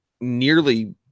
nearly